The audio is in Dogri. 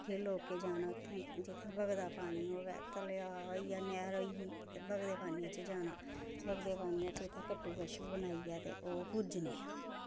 किश लोकें जाना उत्थें जित्थें बगदा पानी होऐ तलाऽ होई गेआ नैह्र होई गेई बगदै पानियै च जाना बगदै पानियै च उत्थें कट्टु बच्छु बनाइयै ते ओह् पूजने